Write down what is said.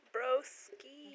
Broski